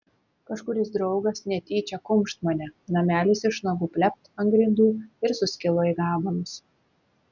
kažkuris draugas netyčią kumšt mane namelis iš nagų plept ant grindų ir suskilo į gabalus